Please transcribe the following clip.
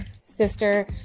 sister